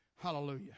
Hallelujah